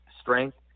strength